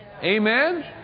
Amen